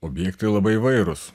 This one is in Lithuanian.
objektai labai įvairūs